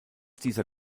dieser